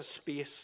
space